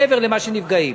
מעבר למה שנפגעים.